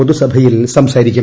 പൊതുസ്ഭയിൽ സംസാരിക്കും